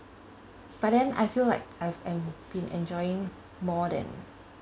but then I feel like I've am been like enjoying more than